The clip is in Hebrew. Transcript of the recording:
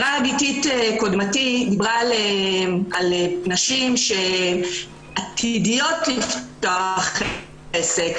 גיתית, קודמתי, דיברה על נשים שעתידיות לפתוח עסק.